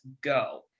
go